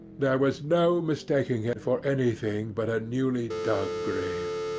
there was no mistaking it for anything but a newly-dug grave.